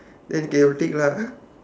then they will take lah